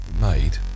made